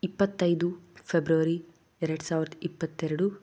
ಇಪ್ಪತ್ತೈದು ಫೆಬ್ರವರಿ ಎರಡು ಸಾವಿರದ ಇಪ್ಪತ್ತೆರಡು